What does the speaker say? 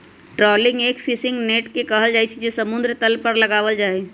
trawling एक fishing net से कइल जाहई जो समुद्र तल पर लगावल जाहई